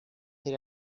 era